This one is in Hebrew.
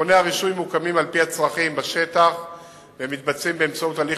מכוני הרישוי מוקמים על-פי הצרכים בשטח באמצעות הליך